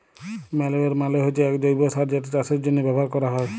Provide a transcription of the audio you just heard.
ম্যালইউর মালে হচ্যে এক জৈব্য সার যেটা চাষের জন্হে ব্যবহার ক্যরা হ্যয়